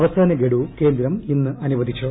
അവസാനഗഡു കേന്ദ്രം ഇന്ന് അനുവദിച്ചു